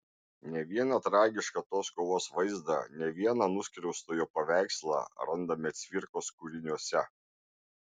ne vieną tragišką tos kovos vaizdą ne vieną nuskriaustojo paveikslą randame cvirkos kūriniuose